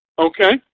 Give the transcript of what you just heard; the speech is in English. Okay